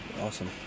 Awesome